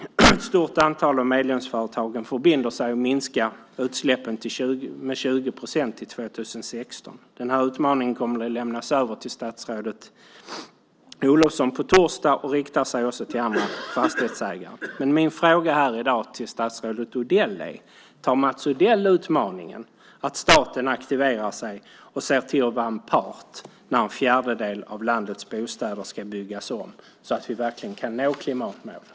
Ett stort antal av medlemsföretagen förbinder sig att minska utsläppen med 20 procent till 2016. Den här utmaningen kommer att lämnas över till statsrådet Olofsson på torsdag och riktar sig också till andra fastighetsägare. Men min fråga här i dag till statsrådet Odell är: Antar Mats Odell utmaningen? Det handlar om att staten aktiverar sig och ser till att vara en part när en fjärdedel av landets bostäder ska byggas om, så att vi verkligen kan nå klimatmålen.